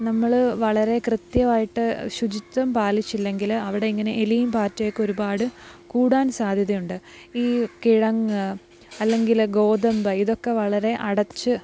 നമ്മള് വളരെ കൃത്യമായിട്ട് ശുചിത്വം പാലിച്ചില്ലെങ്കില് അവിടെ ഇങ്ങനെ എലിയും പാറ്റയൊക്കെ ഒരുപാട് കൂടാൻ സാധ്യതയുണ്ട് ഈ കിഴങ്ങ് അല്ലെങ്കില് ഗോതമ്പ് ഇതൊക്കെ വളരെ അടച്ച്